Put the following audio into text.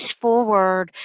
forward